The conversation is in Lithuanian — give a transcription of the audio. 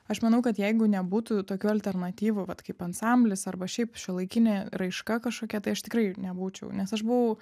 aš manau kad jeigu nebūtų tokių alternatyvų vat kaip ansamblis arba šiaip šiuolaikinė raiška kažkokia tai aš tikrai nebūčiau nes aš buvau